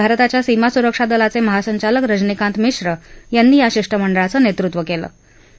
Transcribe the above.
भारताच्या सीमा सुरक्षा दलाचे महासंचालक रजनीकांत मिश्र यांनी या शिष्टमंडळचं नेतृत्व केलं केलं